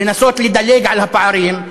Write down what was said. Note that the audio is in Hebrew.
לנסות לדלג על הפערים,